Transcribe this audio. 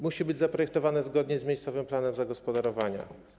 Muszą być zaprojektowane zgodnie z miejscowym planem zagospodarowania.